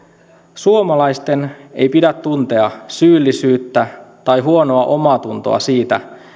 suomalaisten ei pidä tuntea syyllisyyttä tai huonoa omaatuntoa siitä